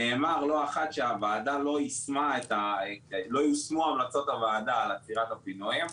נאמר לא אחת שלא יושמו המלצות הוועדה על עצירת הפינויים,